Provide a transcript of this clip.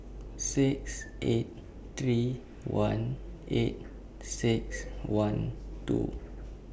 six eight three one eight six one two